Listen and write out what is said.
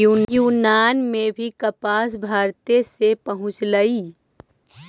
यूनान में भी कपास भारते से ही पहुँचलई